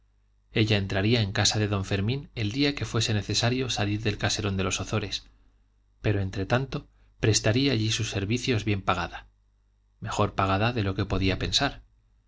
ella entraría en casa de don fermín el día que fuese necesario salir del caserón de los ozores pero entre tanto prestaría allí sus servicios bien pagada mejor pagada de lo que podía pensar